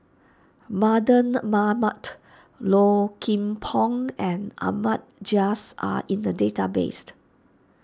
Mardan Mamat Low Kim Pong and Ahmad Jais are in the database